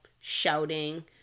shouting